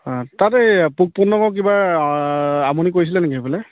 তাতে এই পোক পতংগই কিবা আমনি কৰিছিলে নেকি সেইফালে